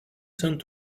saint